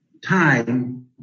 time